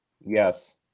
yes